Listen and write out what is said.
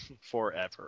forever